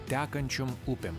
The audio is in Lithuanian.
tekančiom upėm